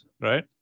right